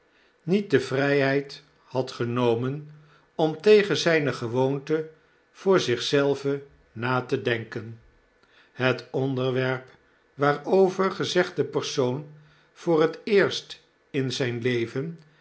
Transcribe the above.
niet de vrijheid had genomen om tegen zijne gewoonte voor zich zelven na te denken het onderwerp waarover gezegde persoon voor het eerst in zgn leven